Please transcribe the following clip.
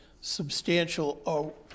substantial